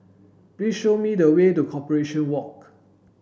please show me the way to Corporation Walk